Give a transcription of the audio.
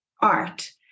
art